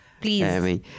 Please